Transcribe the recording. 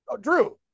Drew